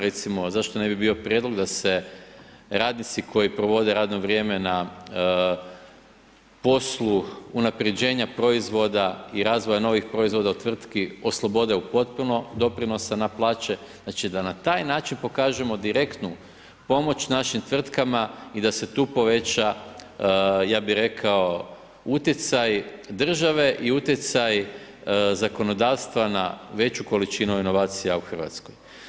Recimo, zašto ne bi bio prijedlog da se radnici, koji provode radno vrijeme na poslu, unaprijeđena proizvoda i razvoju novih proizvoda u tvrtki oslobode u potpuno doprinosa na plaće, znači da na taj način pokažemo direktnu pomoć našim tvrtkama i da se tu poveća ja bi rekao, utjecaj države i utjecaj zakonodavstva na veću količinu inovacija u Hrvatskoj.